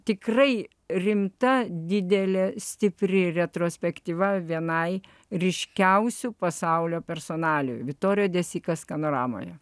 tikrai rimta didelė stipri retrospektyva vienai ryškiausių pasaulio personalijų viktorijo de sika skanoramoje